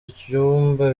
ibyumba